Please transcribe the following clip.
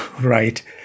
Right